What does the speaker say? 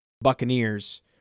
Buccaneers